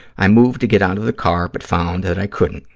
i moved to get out of the car but found that i couldn't.